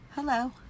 Hello